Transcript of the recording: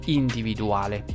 individuale